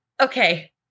Okay